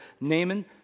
Naaman